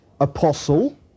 Apostle